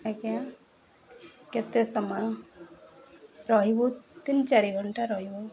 ଆଜ୍ଞା କେତେ ସମୟ ରହିବୁ ତିନି ଚାରି ଘଣ୍ଟା ରହିବୁ